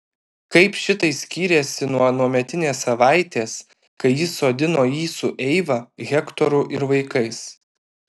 kaip šitai skyrėsi nuo anuometinės savaitės kai jis sodino jį su eiva hektoru ir vaikais